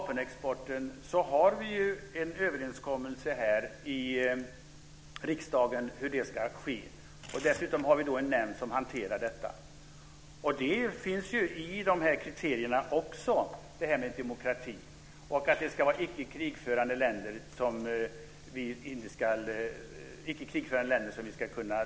Herr talman! Det finns en överenskommelse i riksdagen om hur vapenexporten ska ske. Dessutom finns det en nämnd som hanterar detta. I kriterierna finns även demokrati med och att exporten ska ske till icke-krigförande länder.